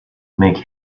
make